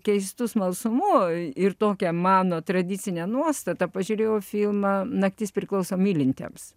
keistu smalsumu ir tokia mano tradicinė nuostata pažiūrėjau filmą naktis priklauso mylintiems